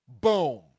Boom